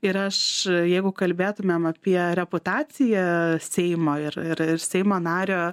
ir aš jeigu kalbėtumėm apie reputaciją seimo ir ir ir seimo nario